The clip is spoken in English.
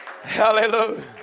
Hallelujah